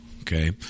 okay